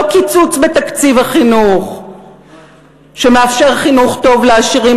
לא קיצוץ בתקציב החינוך שמאפשר חינוך טוב לעשירים